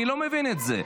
אני לא מבין את זה.